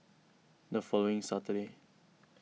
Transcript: the following Saturday